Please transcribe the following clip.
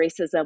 racism